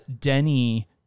Denny